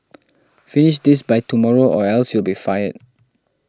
finish this by tomorrow or else you'll be fired